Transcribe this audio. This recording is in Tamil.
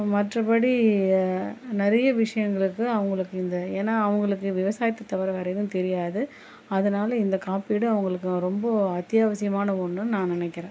மற்றபடி நிறைய விஷயங்களுக்கு அவங்களுக்கு இந்த ஏன்னா அவங்களுக்கு விவசாயத்தை தவிர வேறு எதுவும் தெரியாது அதனால் இந்த காப்பீடு அவங்களுக்கு ரொம்ப அத்தியாவசியமான ஒன்றுன்னு நான் நினைக்கிறேன்